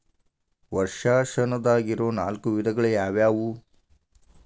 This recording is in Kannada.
ವರ್ಷಾಶನದಾಗಿರೊ ನಾಲ್ಕು ವಿಧಗಳು ಯಾವ್ಯಾವು?